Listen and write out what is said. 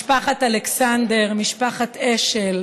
משפחת אלכסנדר, משפחת אשל,